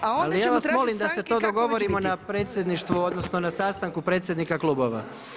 Ja vas molim da se to dogovorimo na predsjedništvu odnosno na sastanku predsjednika klubova.